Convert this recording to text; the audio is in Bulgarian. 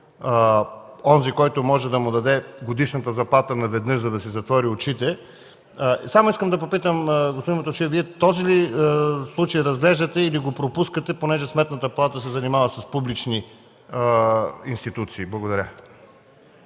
онзи, който може да му даде годишната заплата наведнъж, за да си затвори очите, искам да попитам господин Мутафчиев: Вие този ли случай разглеждате, или го пропускате понеже Сметната палата се занимава с публични институции? Благодаря.